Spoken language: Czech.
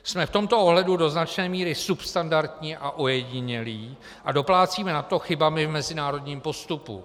Jsme v tomto ohledu do značné míry substandardní a ojedinělí a doplácíme na to chybami v mezinárodním postupu.